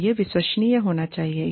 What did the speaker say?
और यह विश्वसनीय होना चाहिए